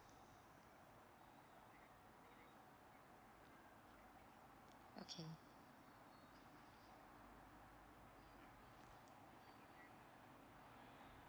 okay